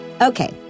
Okay